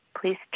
please